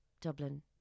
Dublin